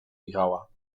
michała